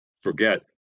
forget